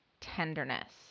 tenderness